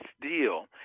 deal